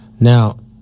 Now